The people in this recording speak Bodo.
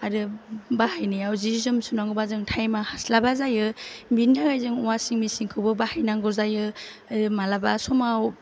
आरो बाहायनायाव जि जोम सुनांगौबा जों थाइम आ हास्लाबा जायो बिनि थाखाय जों अवासिं मेसिन खौबो बाहायनांगौ जायो मालाबा समाव